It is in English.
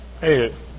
Hey